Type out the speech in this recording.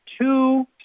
two